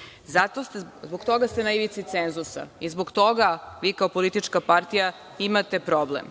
oni bili. Zbog toga ste na ivici cenzusa i zbog toga vi kao politička partija imate problem.